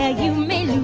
ah you may